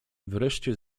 wreszcie